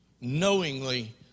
knowingly